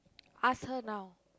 ask her now